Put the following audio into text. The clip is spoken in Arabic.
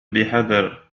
بحذر